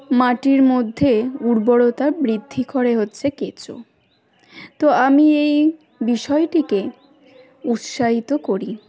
মাটির মধ্যে উর্বরতা বৃদ্ধি করে হচ্ছে কেঁচো তো আমি এই বিষয়টিকে উৎসাহিত করি